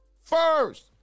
first